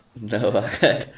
No